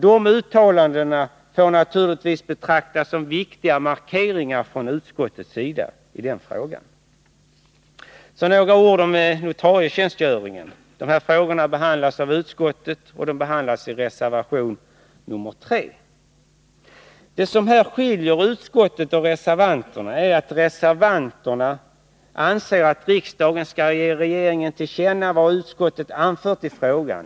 De uttalandena får naturligtvis betraktas som viktiga markeringar från utskottets sida i den frågan. Jag vill också säga några ord om notarietjänstgöringen. Den frågan behandlas i utskottsskrivningen och i reservation nr 3. Det som här skiljer utskottet och reservanterna är att reservanterna anser att riksdagen skall ge regeringen till känna vad utskottet anfört i frågan.